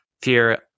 fear